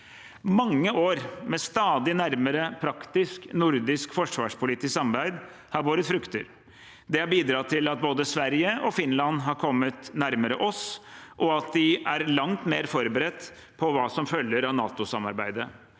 Mange år med stadig nærmere praktisk, nordisk forsvarspolitisk samarbeid har båret frukter. Det har bidratt til at både Sverige og Finland har kommet nærmere oss, og at de er langt mer forberedt på hva som følger av NATO-samarbeidet.